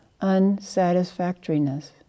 unsatisfactoriness